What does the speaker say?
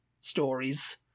stories